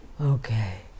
Okay